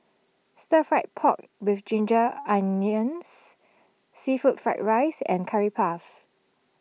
Stir Fried Pork with Ginger Onions Seafood Fried Rice and Curry Puff